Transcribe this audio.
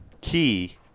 key